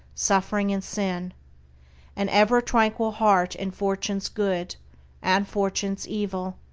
suffering and sin an ever tranquil heart in fortunes good and fortunes evil.